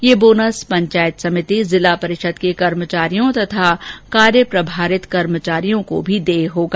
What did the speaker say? यह बोनस पंचायत समिति जिला परिषद के कर्मचारियों तथा कार्य प्रभारित कर्मचारियों को भी देय होगा